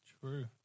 True